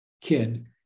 kid